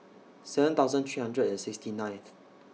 seven thousand three hundred and sixty ninth